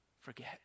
forget